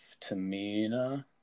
Tamina